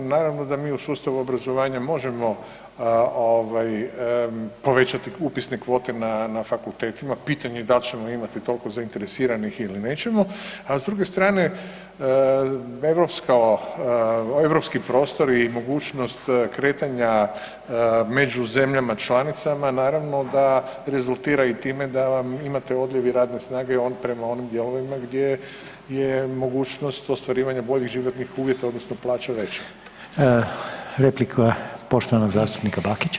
Naravno da mi u sustavu obrazovanja možemo ovaj povećati upisne kvote na fakultetima, pitanje je dal ćemo imati tolko zainteresiranih ili nećemo, a s druge strane europski prostori i mogućnost kretanja među zemljama članicama naravno da rezultira i time da vam imate odljevi radne snage prema onim dijelovima gdje je mogućnost ostvarivanja boljih životnih uvjeta odnosno plaća veća.